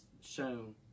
shown